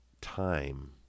time